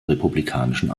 republikanischen